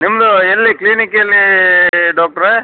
ನಿಮ್ಮದು ಎಲ್ಲಿ ಕ್ಲಿನಿಕ್ ಎಲ್ಲಿ ಡಾಕ್ಟ್ರೇ